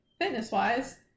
fitness-wise